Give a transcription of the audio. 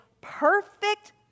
perfect